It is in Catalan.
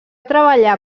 treballar